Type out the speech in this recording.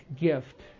gift